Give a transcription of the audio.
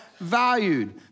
valued